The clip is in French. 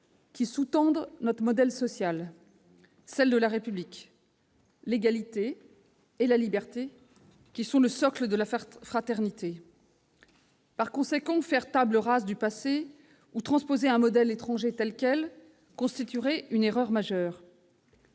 qui sous-tendent notre modèle social, à savoir celles de la République : l'égalité et la liberté, socles de la fraternité. Par conséquent, faire table rase du passé ou transposer un modèle étranger tel quel constituerait une erreur majeure.